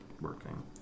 working